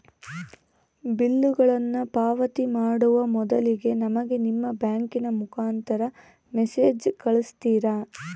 ಬಿಲ್ಲುಗಳನ್ನ ಪಾವತಿ ಮಾಡುವ ಮೊದಲಿಗೆ ನಮಗೆ ನಿಮ್ಮ ಬ್ಯಾಂಕಿನ ಮುಖಾಂತರ ಮೆಸೇಜ್ ಕಳಿಸ್ತಿರಾ?